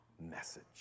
message